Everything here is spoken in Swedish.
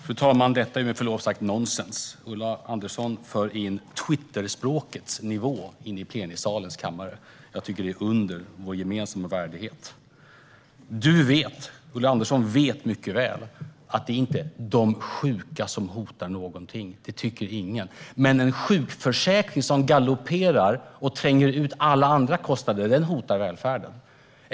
Fru talman! Detta är med förlov sagt nonsens. Ulla Andersson för in Twitterspråkets nivå i plenisalen. Jag tycker att det är under vår gemensamma värdighet. Ulla Andersson vet mycket väl att det inte är de sjuka som hotar någonting - det tycker ingen. Men en sjukförsäkring som galopperar och tränger ut alla andra kostnader hotar välfärden.